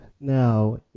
Now